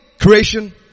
creation